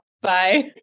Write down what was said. Bye